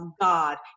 God